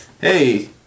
Hey